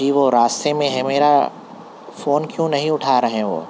جی وہ راستے میں ہیں میرا فون کیوں نہیں اٹھا رہے ہیں وہ